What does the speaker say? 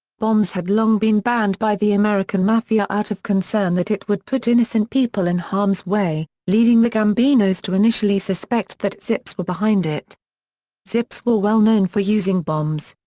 bombs had long been banned by the american mafia out of concern that it would put innocent people in harm's way, leading the gambinos to initially suspect that zips were behind it zips were well known for using bombs.